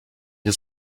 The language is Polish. nie